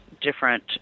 different